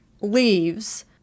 leaves